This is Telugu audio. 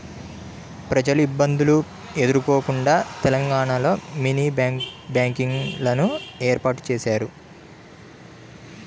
ప్రజలు ఇబ్బందులు ఎదుర్కోకుండా తెలంగాణలో మినీ బ్యాంకింగ్ లను ఏర్పాటు చేశారు